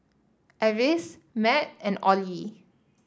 Avis Matt and Ollie